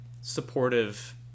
supportive